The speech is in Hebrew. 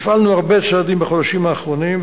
הפעלנו הרבה צעדים בחודשים האחרונים,